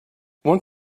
one